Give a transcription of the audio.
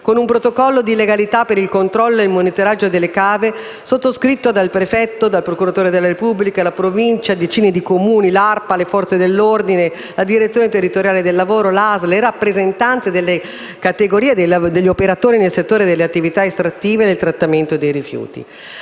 con un protocollo di legalità per il controllo e il monitoraggio delle cave sottoscritto dal prefetto, dal procuratore della Repubblica, dalla Provincia, da decine di Comuni, dall'ARPA, dalle Forze dell'ordine, dalla direzione territoriale del lavoro, dall'ASL e dalle rappresentanze delle categorie degli operatori nel settore delle attività estrattive e del trattamento dei rifiuti.